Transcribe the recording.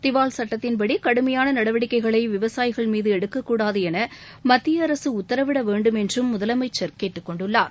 திவால் சுட்டத்தின்படி கடுமையான நடவடிக்கைகளை விவசாயிகள் மீது எடுக்கக்கூடாது என மத்திய அரசு உத்தரவிட வேண்டும் என்றும் முதலமைச்சர் கேட்டுக்கொண்டுள்ளார்